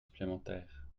supplémentaires